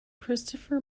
christopher